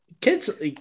kids